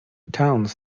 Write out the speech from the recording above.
towns